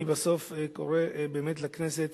בסוף אני קורא לכנסת